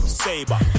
saber